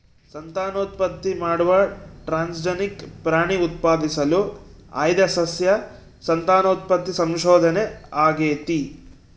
ಸಂತಾನೋತ್ಪತ್ತಿ ಮಾಡುವ ಟ್ರಾನ್ಸ್ಜೆನಿಕ್ ಪ್ರಾಣಿ ಉತ್ಪಾದಿಸಲು ಆಯ್ದ ಸಸ್ಯ ಸಂತಾನೋತ್ಪತ್ತಿ ಸಂಶೋಧನೆ ಆಗೇತಿ